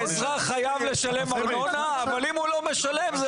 האזרח חייב לשלם ארנונה אבל אם הוא לא משלם,